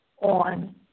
on